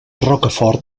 rocafort